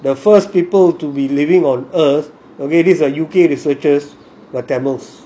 the first people to be living on earth okay this is a U_K researches are tamils